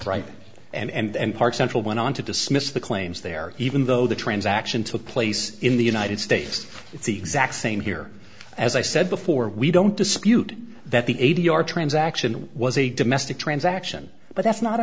right and park central went on to dismiss the claims there even though the transaction took place in the united states it's the exact same here as i said before we don't dispute that the a d r transaction was a domestic transaction but that's not